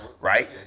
right